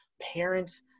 parents